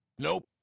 nope